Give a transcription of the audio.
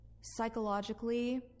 psychologically